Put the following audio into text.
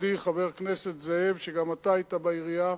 מכובדי חבר הכנסת זאב, וגם אתה היית בעירייה,